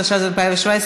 התשע"ז 2017,